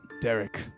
Derek